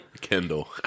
Kendall